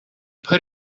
put